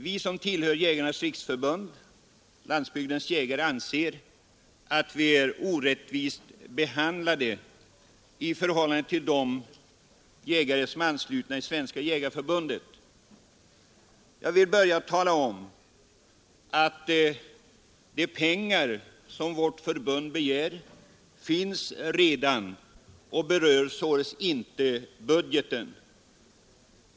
Vi som tillhör Jägarnas riksförbund-Landsbygdens jägare anser att vi är orättvist behandlade i förhållande till de jägare som är anslutna till Svenska jägareförbundet. Jag vill börja med att tala om att de pengar vårt förbund begär redan finns. Anslaget berör således inte budgeten.